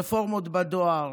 רפורמות בדואר,